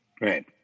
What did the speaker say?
Right